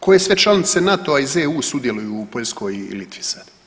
Koje sve članice NATO-a iz EU sudjeluju u Poljskoj i Litvi sada.